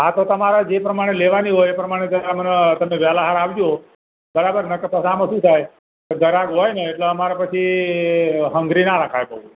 હા તો તમારે જે પ્રમાણે લેવાની હોય એ પ્રમાણે તમે મને વેળાસર આવજો બરાબર નકર પછી આમાં શું થાય ઘરાક હોય ને એટલે પછી અમાર સંઘરી ના રખાય પછી